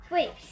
Wait